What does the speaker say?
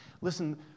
Listen